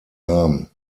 namen